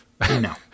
No